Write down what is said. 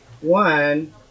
one